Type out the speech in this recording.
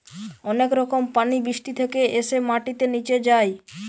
অনেক রকম পানি বৃষ্টি থেকে এসে মাটিতে নিচে যায়